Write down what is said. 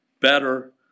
better